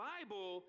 Bible